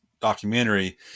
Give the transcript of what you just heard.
documentary